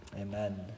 amen